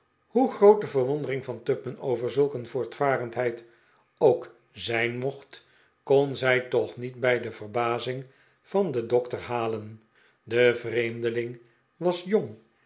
hoe groot de verwondering van tupman over zulk een voortvafendheid ook zijn mocht kon zij toch niet bij de verbazing van den dokter halen de vreemdeling was jong